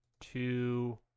two